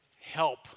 help